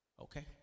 Okay